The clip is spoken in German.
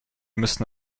müssen